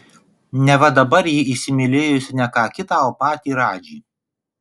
neva dabar ji įsimylėjusi ne ką kitą o patį radžį